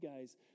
guys